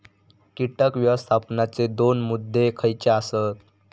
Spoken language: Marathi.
कीटक व्यवस्थापनाचे दोन मुद्दे खयचे आसत?